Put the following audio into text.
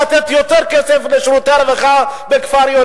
היה רוצה לתת יותר כסף לשירותי הרווחה בכפר-יונה.